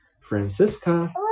Francisca